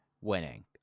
winning